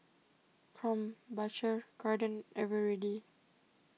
Krombacher garden Eveready